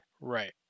Right